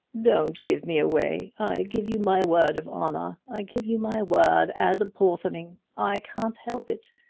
don't give me away! i give you my word of honor i give you my word as a porthoning i can't help it!